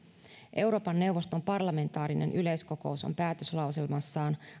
euroopan neuvoston parlamentaarinen yleiskokous on päätöslauselmassaan